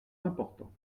important